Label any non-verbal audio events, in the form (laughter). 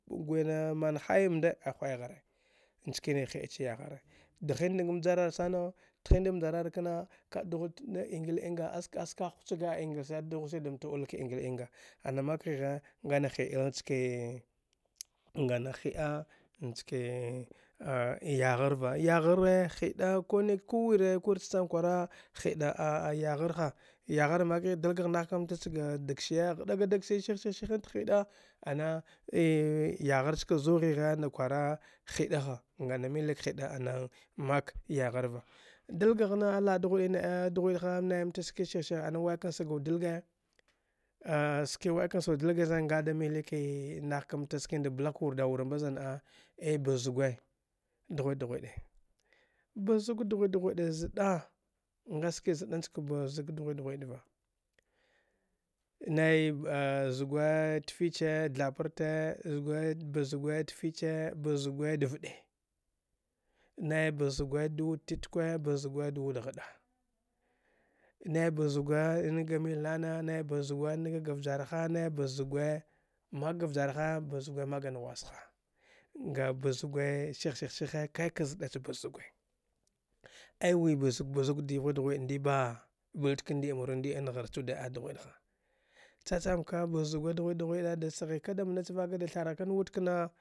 Guya (unintelligible) hayamnda hwai ghare nchkane ti’ a cha yaghare dghin da ma ga jarar sanau tihin dam jarar knau ka’a dghwa da ingil inga as ka askagh huchage (unintelligible) damta oui ka ingil inga anamak ghighe ngana hi’’il nchkee ngana gi’a nchke a yaghar va yaghare hiva (hesitation) kuwire cha cham kwara hida a yagharha yaghar make dai gagh nah kamta cha ga dak siye ghava ga dak siye stuh-shiti thi ɗa ana (hesitation) yaghar chki zughighe na kwara hiɗa ha nga na milik hiɗa anam mak yagharva vaigagh na la’a dghwide na’a dghwiɗ naimta ski skit-shih ana wai kan sagaude daige (hesitation) ski wai kan sagaud daige zan nga da milikee nah kamta skinada blagh kawar dau wura zanna abaz gwee dghwiɗ-ɗghwiɗe bazug dghwiɗ- dghwiɗ va nai a zugwe tfiche thprte zugwi bazugwwe tfiche bazugwe davɗe nai bazgwe da wuɗtitkwe bbazawe da wuɗ ahɗa nai bazawe an ga milnana nai bazgwe nagaga vjarha nai bazgwe mak ga vjarha bazgwe mak ga naghwasha ga bazgwe shih shihe kaika zɗa cha bazgwe aywi bazug bazug dghwiɗ dghwid mdiba bla wud ka ndi’a mru ndi an ghar chude a dgwidha cha chanika bazug dgwia dghwi’a disghika dam nnack vaka di tharghakan wud kna